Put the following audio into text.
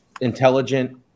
intelligent